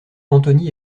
antony